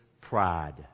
pride